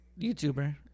youtuber